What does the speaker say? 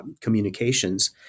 communications